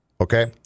Okay